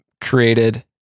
created